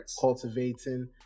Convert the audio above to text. cultivating